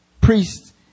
priests